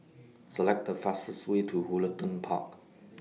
Select The fastest Way to Woollerton Park